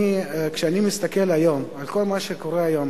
כשאני מסתכל על כל מה שקורה היום